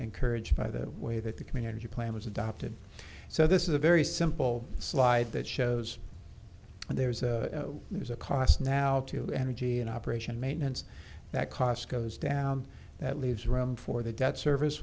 encouraged by the way that the community plan was adopted so this is a very simple slide that shows there's a there's a cost now to energy and operation maintenance that cost goes down that leaves room for the debt service